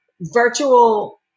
virtual